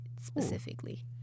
specifically